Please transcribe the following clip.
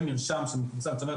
זאת אומר,